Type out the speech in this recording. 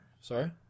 Sorry